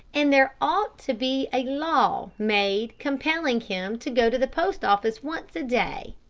and there ought to be a law made compelling him to go to the post office once a day.